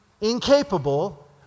incapable